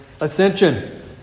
ascension